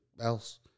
else